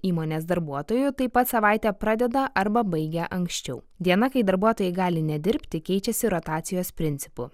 įmonės darbuotojų taip pat savaitę pradeda arba baigia anksčiau diena kai darbuotojai gali nedirbti keičiasi rotacijos principu